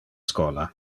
schola